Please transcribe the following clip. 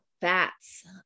fats